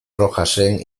rojasen